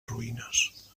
ruïnes